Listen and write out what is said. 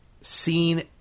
seen